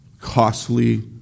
costly